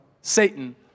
Satan